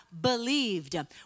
believed